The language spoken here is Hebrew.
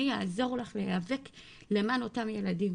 אני יעזור לך להיאבק למען אותם ילדים.